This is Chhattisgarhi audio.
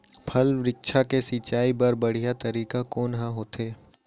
फल, वृक्षों के सिंचाई बर बढ़िया तरीका कोन ह होथे?